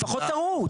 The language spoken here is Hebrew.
לפחות תראו.